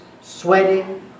sweating